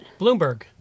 Bloomberg